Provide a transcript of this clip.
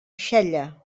xella